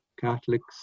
Catholics